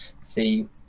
see